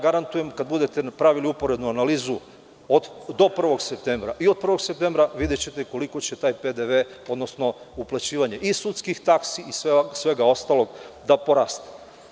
Garantujem da kada budete pravili uporednu analizu do 1. septembra i od 1. septembra videćete koliko će taj PDV, odnosno uplaćivanje i sudskih taksi i svega ostalog da poraste.